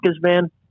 man